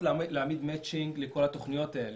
להעמיד מצ'ינג לכל התוכניות האלה.